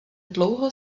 dlouho